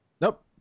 Nope